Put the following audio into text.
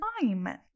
time